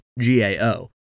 GAO